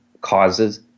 causes